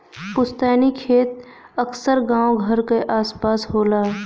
पुस्तैनी खेत अक्सर गांव घर क आस पास होला